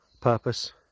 purpose